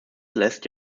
lässt